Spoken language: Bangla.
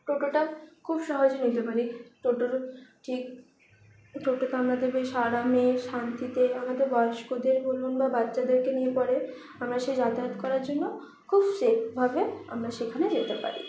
টোটোটা খুব সহজে নিতে পারি টোটোতে ঠিক টোটোতে আমরা বেশ আরামে শান্তিতে আমাদের বয়স্কদের বলুন বা বাচ্চাদেরকে নিয়ে পরে আমরা সেই যাতায়াত করার জন্য খুব সেফভাবে আমরা সেখানে যেতে পারি